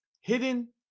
hidden